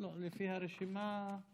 לפי הרשימה,